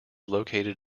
located